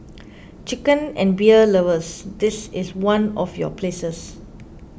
chicken and beer lovers this is one of your places